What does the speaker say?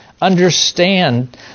understand